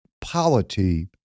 polity